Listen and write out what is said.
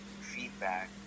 feedback